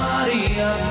Maria